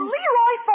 Leroy